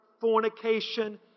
fornication